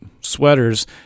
sweaters